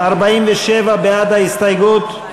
46. מי בעד ההסתייגות,